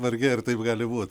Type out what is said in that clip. vargiai ar taip gali būt